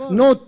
no